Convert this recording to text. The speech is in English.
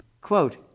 quote